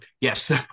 yes